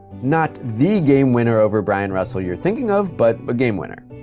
not the game winner over bryon russell you're thinking of but a game winner.